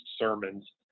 sermons